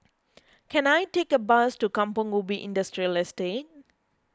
can I take a bus to Kampong Ubi Industrial Estate